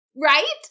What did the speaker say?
Right